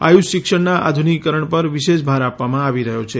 આયુષ શિક્ષણના આધુનિકીકરણ પર પણ વિશેષ ભાર આપવામાં આવી રહ્યો છે